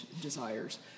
desires